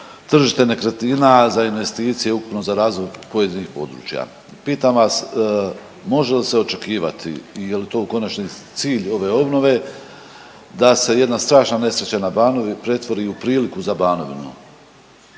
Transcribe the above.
tržište nekretnina, za investicije, ukupno za razvoj pojedinih područja. Pitam vas, može li se očekivati i je li to konačni cilj ove obnove da se jedna strašna nesreća na Banovini pretvori u priliku za Banovinu?